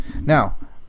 now